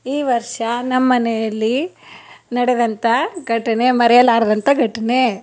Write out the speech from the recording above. ಈ ವರ್ಷ ನಮ್ಮ ಮನೆಯಲ್ಲಿ ನಡೆದಂಥ ಘಟನೆ ಮರೆಯಲಾರ್ದಂಥ ಘಟ್ನೆ